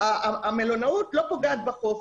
המלונאות לא פוגעת בחוף.